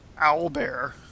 Owlbear